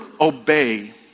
obey